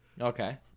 Okay